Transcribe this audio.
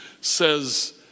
says